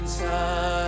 time